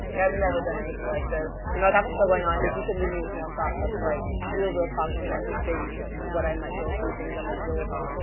and i've never done anything like this. you know i've got the show going on. yes. if you could leave me with one thought that's like real, real talk from a mental state what i might go through things i might deal with, what's some